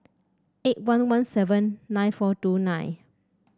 eight one one seven nine four two nine